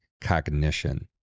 cognition